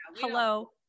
Hello